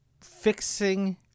fixing